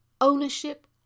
Ownership